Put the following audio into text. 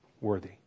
worthy